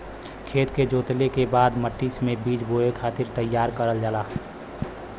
खेत के जोतले के बाद मट्टी मे बीज बोए खातिर तईयार करल जाला